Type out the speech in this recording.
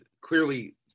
clearly